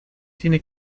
tiene